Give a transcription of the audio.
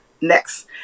next